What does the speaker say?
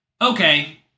Okay